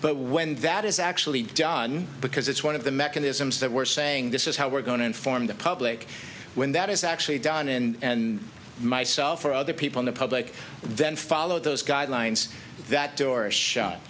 but when that is actually done because it's one of the mechanisms that we're saying this is how we're going to inform the public when that is actually done and myself or other people in the public then follow those guidelines that dora shot